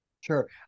Sure